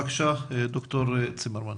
בבקשה ד"ר צימרמן.